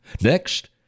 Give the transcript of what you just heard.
Next